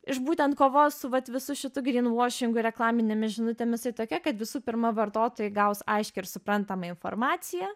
iš būtent kovos su vat visu šitu gryn vašingu ir reklaminėmis žinutėmis tai tokia kad visų pirma vartotojai gaus aiškią ir suprantamą informaciją